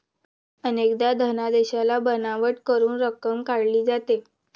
अनेकदा धनादेशाला बनावट करून रक्कम काढली जाते